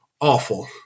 Awful